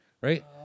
right